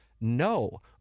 No